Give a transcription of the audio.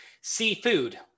Seafood